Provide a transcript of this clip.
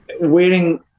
Wearing